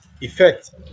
effect